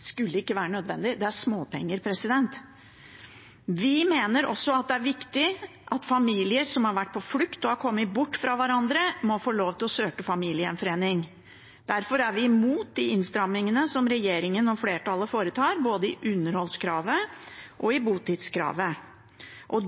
skulle ikke være nødvendig. Det er småpenger. Vi mener også det er viktig at familier som har vært på flukt, og som har kommet bort fra hverandre, må få lov til å søke familiegjenforening. Derfor er vi imot de innstrammingene som regjeringen og flertallet foretar, både i underholdskravet og i botidskravet.